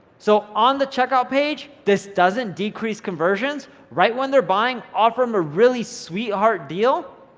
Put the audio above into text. so, on the checkout page, this doesn't decrease conversions. right when they're buying, offer em a really sweetheart deal